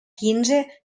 quinze